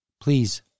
Please